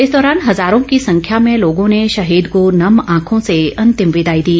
इस दौरान हजारों की संख्या में लोगों ने शहीद को नम आंखों से अंतिम विदाई दी